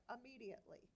immediately